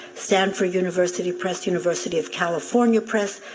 stanford university press, university of california press,